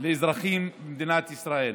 לאזרחים במדינת ישראל.